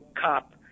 cop